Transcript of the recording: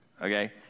Okay